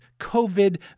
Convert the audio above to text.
COVID